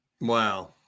Wow